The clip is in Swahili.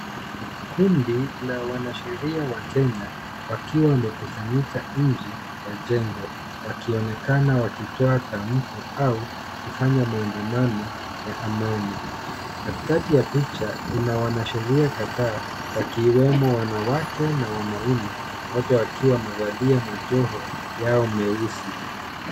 Kundi la wanasheria wa Kenya wakiwa wamekusanyika nje ya jengo wakionekana wakitoa tamko au kufanya maandamano ya amani. Katikati ya picha kuna wanasheria kadhaa wakiwemo wanawake na wanaume wote wakiwa wamevalia majoho yao meusi.